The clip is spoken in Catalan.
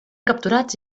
capturats